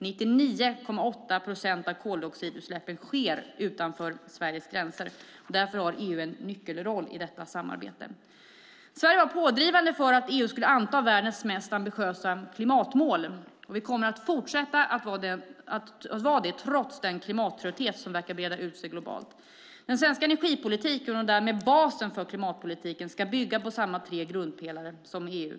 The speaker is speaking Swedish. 99,8 procent av koldioxidutsläppen sker utanför Sveriges gränser. Därför har EU en nyckelroll i klimatarbetet. Sverige var pådrivande för att EU skulle anta världens mest ambitiösa klimatmål. Vi kommer att fortsätta driva på trots den klimattrötthet som verkar breda ut sig globalt. Den svenska energipolitiken, och därmed basen för klimatpolitiken, ska bygga på samma tre grundpelare som i EU.